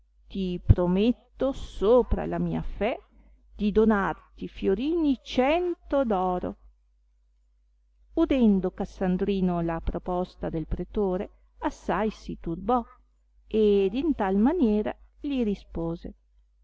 ti prometto sopra la mia fé di donarti fiorini cento d'oro udendo cassandrino la proposta del pretore assai si turbò ed in tal maniera li rispose